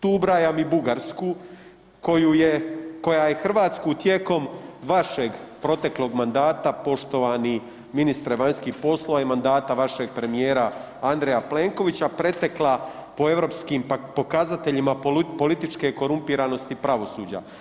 Tu ubrajam i Bugarsku koju je, koja je Hrvatsku tijekom vašeg proteklom mandata, poštovani ministre vanjskih poslova i mandata vašeg premijera Andreja Plenkovića, pretekla po europskih pokazateljima političke korumpiranosti pravosuđa.